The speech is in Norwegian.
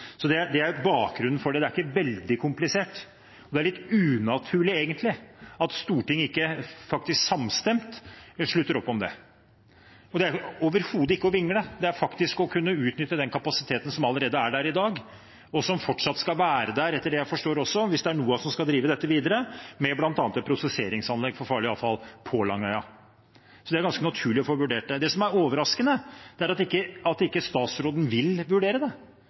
Det er bakgrunnen. Det er ikke veldig komplisert, og det er egentlig litt unaturlig at Stortinget ikke faktisk samstemt slutter opp om det. Det er overhodet ikke å vingle, det er faktisk å kunne utnytte den kapasiteten som allerede er der i dag, og som etter det jeg forstår, også fortsatt skal være der – hvis det er NOAH som skal drive dette videre – med bl.a. prosesseringsanlegg for farlig avfall på Langøya. Så det er ganske naturlig å få vurdert det. Det som er overraskende, er at ikke statsråden vil vurdere det – at han ikke allerede nå er i gang med å se på og vurdere